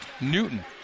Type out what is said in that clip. Newton